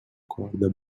corda